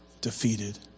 defeated